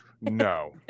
No